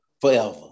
forever